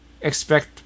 expect